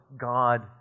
God